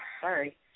sorry